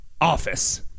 office